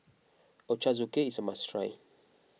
Ochazuke is a must try